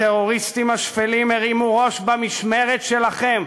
הטרוריסטים השפלים הרימו ראש במשמרת שלכם.